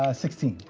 ah sixteen.